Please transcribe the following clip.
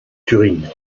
turing